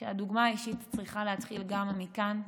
שהדוגמה האישית צריכה להתחיל גם מכאן.